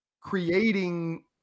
Creating